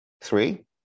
Three